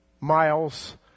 miles